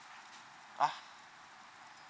!huh!